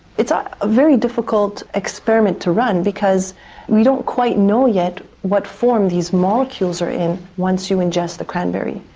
it's a ah very difficult experiment to run because we don't quite know yet what form these molecules are in once you ingest the cranberry.